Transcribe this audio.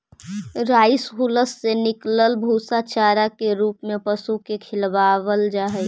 rice hulls से निकलल भूसा चारा के रूप में पशु के खिलावल जा हई